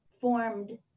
formed